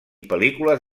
pel·lícules